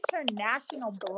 international